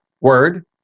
word